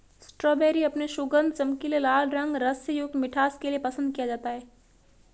strawberry अपने सुगंध, चमकीले लाल रंग, रस से युक्त मिठास के लिए पसंद किया जाता है